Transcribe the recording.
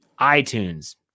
iTunes